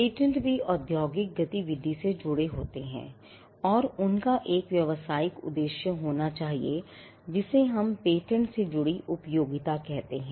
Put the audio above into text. patent भी औद्योगिक गतिविधि से जुड़े होते हैं और उनका एक व्यावसायिक उद्देश्य होना चाहिए या जिसे हम पेटेंट से जुड़ी उपयोगिता कहते हैं